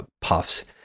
puffs